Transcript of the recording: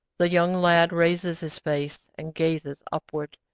the young lad raises his face, and gazes upward.